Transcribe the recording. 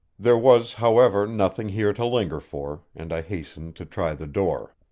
there was, however, nothing here to linger for, and i hastened to try the door.